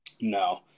No